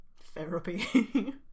therapy